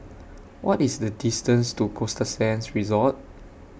What IS The distance to Costa Sands Resort